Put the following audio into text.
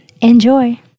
Enjoy